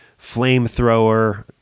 Flamethrower